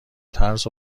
ترس